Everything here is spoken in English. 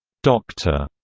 dr.